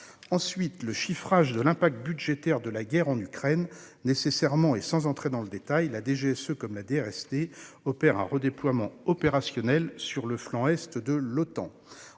de près le chiffrage de l'impact budgétaire de la guerre en Ukraine. Nécessairement, et sans entrer dans le détail, la DGSE comme la DRSD procèdent à un redéploiement opérationnel sur le flanc Est de l'Otan.